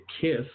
Kiss